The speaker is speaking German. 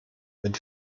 mit